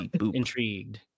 intrigued